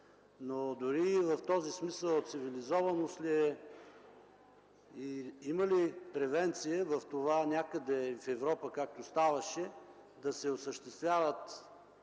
Но дори в този смисъл, цивилизованост ли е и има ли превенция някъде в Европа, както ставаше, да се осъществяват